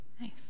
Nice